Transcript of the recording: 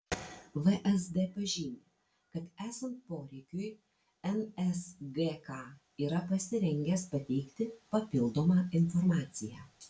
vsd pažymi kad esant poreikiui nsgk yra pasirengęs pateikti papildomą informaciją